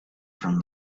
from